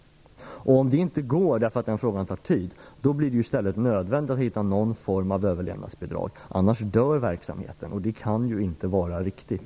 Om det inte går därför att den frågan tar tid blir det nödvändigt att hitta någon form av överlevnadsbidrag, för annars dör verksamheten. Och det kan ju inte vara riktigt!